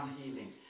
healing